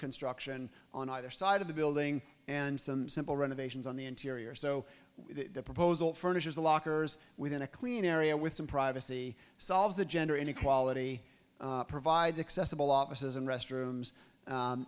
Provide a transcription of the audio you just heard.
construction on either side of the building and some simple renovations on the interior so the proposal furnishes the lockers within a clean area with some privacy solves the gender inequality provides accessible offices and restrooms